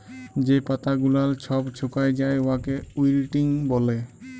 যে পাতা গুলাল ছব ছুকাঁয় যায় উয়াকে উইল্টিং ব্যলে